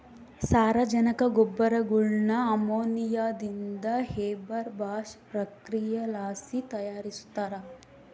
ಸಾರಜನಕ ಗೊಬ್ಬರಗುಳ್ನ ಅಮೋನಿಯಾದಿಂದ ಹೇಬರ್ ಬಾಷ್ ಪ್ರಕ್ರಿಯೆಲಾಸಿ ತಯಾರಿಸ್ತಾರ